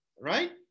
Right